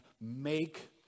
make